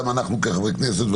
גם אנחנו כחברי כנסת,